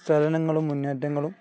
ചലനങ്ങളും മുന്നേറ്റങ്ങളും